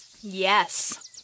Yes